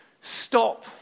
stop